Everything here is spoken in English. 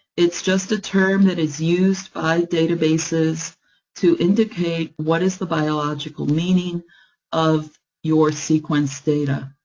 it's just a term that is used by databases to indicate what is the biological meaning of your sequence data.